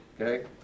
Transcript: okay